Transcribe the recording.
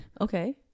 Okay